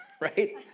right